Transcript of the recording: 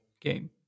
game